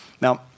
Now